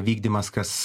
vykdymas kas